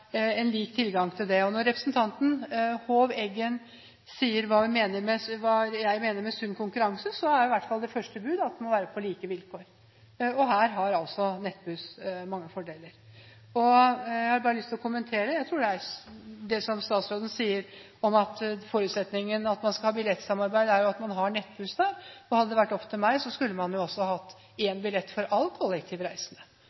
lik tilgang når det gjelder den. Når representanten Hov Eggen spør hva jeg mener med sunn konkurranse, er i alle fall første bud at det må være like vilkår. Her har altså Nettbuss mange fordeler. Jeg har bare lyst til å kommentere det statsråden sa om at forutsetningen for billettsamarbeid er at man har Nettbuss med. Hadde det vært opp til meg, skulle man